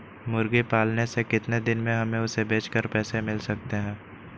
मुर्गी पालने से कितने दिन में हमें उसे बेचकर पैसे मिल सकते हैं?